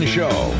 Show